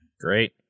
Great